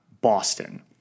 Boston